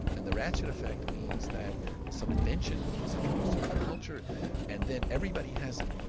and the ratchet effect means that some invention is introduced into the culture and then everybody has it,